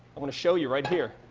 i mean show you right here.